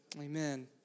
Amen